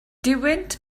duwynt